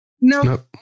no